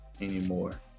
anymore